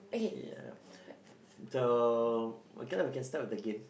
ya so okay lah we can start with the game